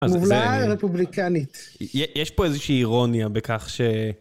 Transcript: ??? על הרפובליקנית. יש פה איזושהי אירוניה בכך ש...